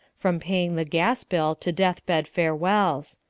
from paying the gas bill to death-bed farewells.